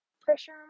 pressure